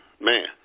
man